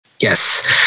Yes